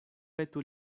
petu